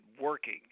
working